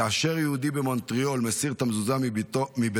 כאשר יהודי במונטריאול מסיר את המזוזה מביתו,